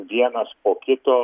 vienas po kito